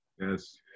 Yes